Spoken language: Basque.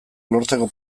lortzeko